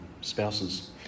spouses